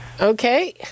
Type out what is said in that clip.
Okay